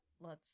lets